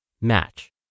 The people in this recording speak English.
match